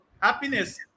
happiness